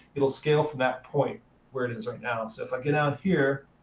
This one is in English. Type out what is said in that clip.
it'll scale from that point where it is right now. so if i go down here,